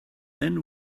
than